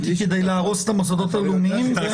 היא כדי להרוס את המוסדות הציוניים.